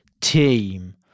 team